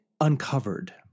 Uncovered